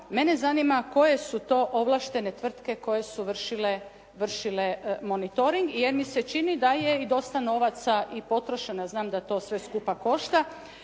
Mene zanima koje su to ovlaštene tvrtke koje su vršile monitoring, jer mi se čini da je i dosta novaca i potrošeno, a znam da to sve skupa košta.